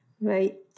Right